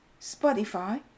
Spotify